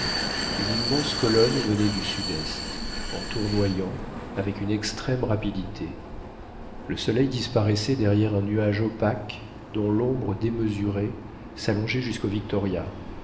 une immense colonne venait du sud-est en tournoyant avec une extrême rapidité le soleil disparaissait derrière un nuage opaque dont l'ombre démesurée s'allongeait jusquau victoria